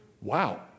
Wow